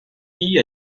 dits